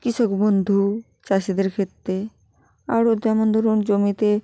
কৃষক বন্ধু চাষিদের ক্ষেত্তে আরও যেমন ধরুন জমিতে